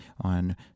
on